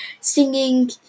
singing